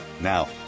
Now